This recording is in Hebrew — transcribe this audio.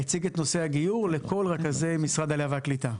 הציג את נושא הגיור לכל רכזי משרד העלייה והקליטה.